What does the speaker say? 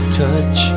touch